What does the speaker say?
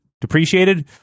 depreciated